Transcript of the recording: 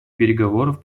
переговоров